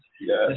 Yes